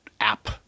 app